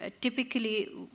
typically